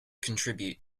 contribute